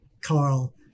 Carl